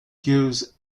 gives